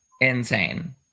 Insane